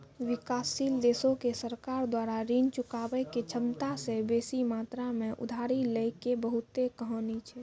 विकासशील देशो के सरकार द्वारा ऋण चुकाबै के क्षमता से बेसी मात्रा मे उधारी लै के बहुते कहानी छै